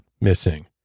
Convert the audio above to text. missing